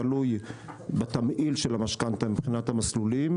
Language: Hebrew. תלוי בתמהיל של המשכנתה מבחינת המסלולים,